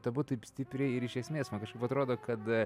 abu taip stipriai ir iš esmės man kažkaip atrodo kad